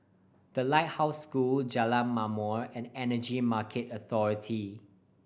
The Lighthouse School Jalan Ma'mor and Energy Market Authority